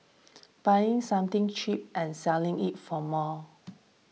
buying something cheaper and selling it for more